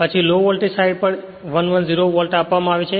પછી low voltage side પર 110 volt આપવામાં આવે છે